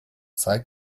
zeig